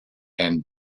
and